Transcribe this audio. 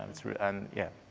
it's real and yeah.